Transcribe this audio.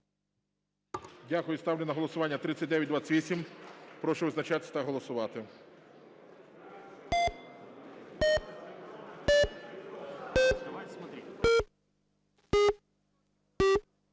Дякую. Ставлю на голосування 3928. Прошу визначатись та голосувати.